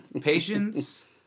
Patience